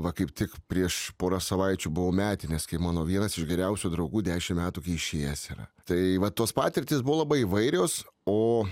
va kaip tik prieš porą savaičių buvo metinės kai mano vienas iš geriausių draugų dešim metų kai išėjęs yra tai va tos patirtys buvo labai įvairios o